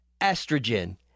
estrogen